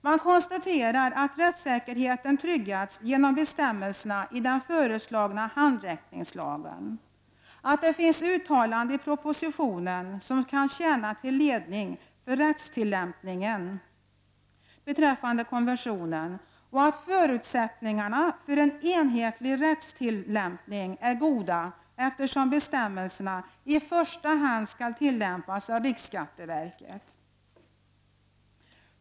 Man konstaterar att rättssäkerheten tryggats genom bestämmelserna i den föreslagna handräckningslagen, att det finns uttalanden i propositionen som kan tjäna till ledning för rättstillämpningen beträffande konventionen och att förutsättningarna för en enhetlig rättstillämpning är goda, eftersom bestämmelserna i första hand skall tillämpas av riksskatteverket.